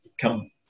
come